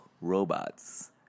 robots